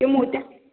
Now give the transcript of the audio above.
ते मोत्या